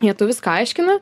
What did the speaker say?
jie tau viską aiškina